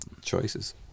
choices